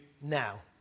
now